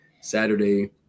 Saturday